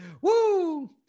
Woo